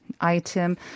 item